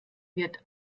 wird